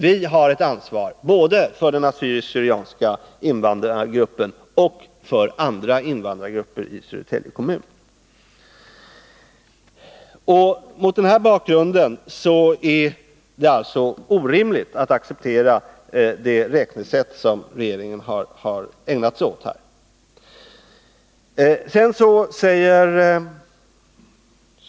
Vi har ett ansvar både för den assyriska/syrianska invandrargruppen och för andra invandrargrupper i Södertälje kommun. Mot denna bakgrund är det orimligt att acceptera det räknesätt regeringen använt sig av.